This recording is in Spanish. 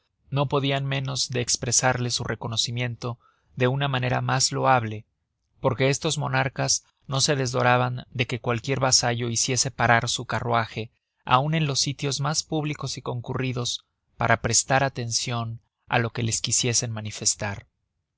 no podian menos de espresarles su reconocimiento de una manera mas loable porque estos monarcas no se desdoraban de que cualquier vasallo hiciese parar su carruaje aun en los sitios mas públicos y concurridos para prestar atencion á lo que les quisiesen manifestar